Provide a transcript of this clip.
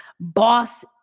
boss